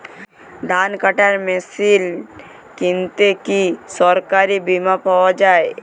ধান কাটার মেশিন কিনতে কি সরকারী বিমা পাওয়া যায়?